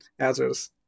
others